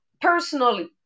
personally